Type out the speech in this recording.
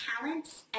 talents